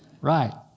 Right